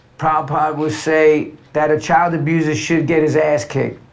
probably say that a child abuser should get his ass kicked.